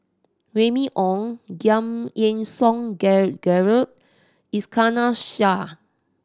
Remy Ong Giam Yean Song Gerald Iskandar Shah